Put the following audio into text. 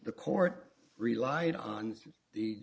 the court relied on the